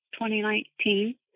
2019